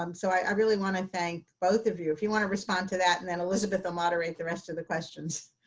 um so i really want to thank both of you. if you want to respond to that, and then elizabeth will moderate the rest of the questions.